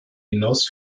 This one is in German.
hinaus